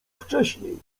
wcześniej